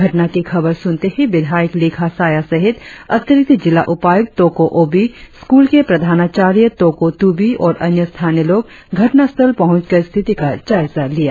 घटना की खबर सुनते ही विधायक लिखा साया सहित अतिरिक्त जिला उपायुक्त तोको ओबी स्कूल के प्रधानाचार्य तोको तुबी और अन्य स्थानीय लोग घटनास्थल पड़चकर स्थिति का जायजा लिया